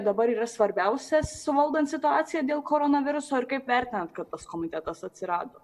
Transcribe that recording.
dabar yra svarbiausia suvaldant situaciją dėl koronaviruso ir kaip vertinat kad tas komitetas atsirado